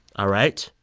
all right?